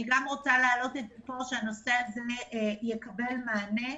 אני מבקשת שהנושא הזה יקבל מענה.